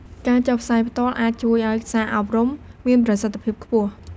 ការចុះផ្សព្វផ្សាយផ្ទាល់អាចជួយឱ្យសារអប់រំមានប្រសិទ្ធភាពខ្ពស់។